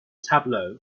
tableau